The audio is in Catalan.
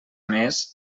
més